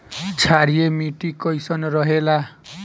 क्षारीय मिट्टी कईसन रहेला?